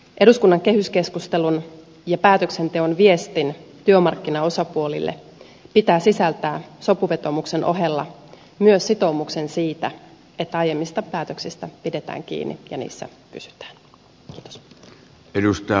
eduskunnan kehyskeskustelun ja päätöksenteon viestin työmarkkinaosapuolille pitää sisältää sopuvetoomuksen ohella myös sitoumus siitä että aiemmista päätöksistä pidetään kiinni ja niissä pysytään